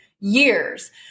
years